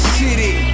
city